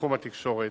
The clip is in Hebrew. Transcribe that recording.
בתחום התקשורת,